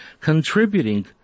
contributing